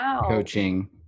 coaching